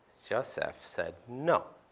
joseph, said, no.